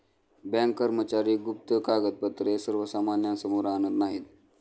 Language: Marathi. बँक कर्मचारी गुप्त कागदपत्रे सर्वसामान्यांसमोर आणत नाहीत